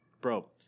bro